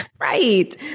Right